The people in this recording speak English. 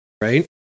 right